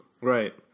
Right